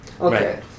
Okay